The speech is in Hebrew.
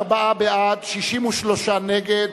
44 בעד, 63 נגד,